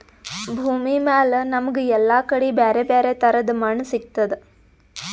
ಭೂಮಿಮ್ಯಾಲ್ ನಮ್ಗ್ ಎಲ್ಲಾ ಕಡಿ ಬ್ಯಾರೆ ಬ್ಯಾರೆ ತರದ್ ಮಣ್ಣ್ ಸಿಗ್ತದ್